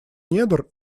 недр